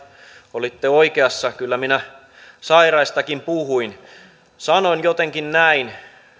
olitte oikeassa kyllä minä sairaistakin puhuin sanoin jotenkin näin